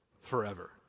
forever